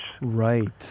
Right